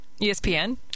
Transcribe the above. ESPN